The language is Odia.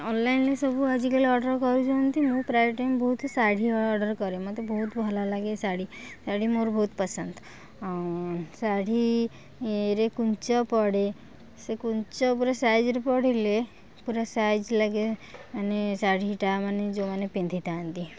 ଅନଲାଇନ୍ରେ ସବୁ ଆଜିକାଲି ଅର୍ଡ଼ର୍ କରୁଛନ୍ତି ମୁଁ ପ୍ରାୟ ଟାଇମ୍ ବହୁତ ଶାଢ଼ୀ ଅର୍ଡ଼ର୍ କରେ ମୋତେ ବହୁତ ଭଲ ଲାଗେ ଶାଢ଼ୀ ଶାଢ଼ୀ ମୋର ବହୁତ ପସନ୍ଦ ଆଉ ଶାଢ଼ୀରେ କୁଞ୍ଚ ପଡ଼େ ସେ କୁଞ୍ଚ ପୁରା ସାଇଜ୍ରେ ପଡ଼ିଲେ ପୁରା ସାଇଜ୍ ଲାଗେ ମାନେ ଶାଢ଼ୀଟା ମାନେ ଯେଉଁମାନେ ପିନ୍ଧିଥାଆନ୍ତି